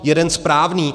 Jeden správný?